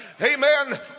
amen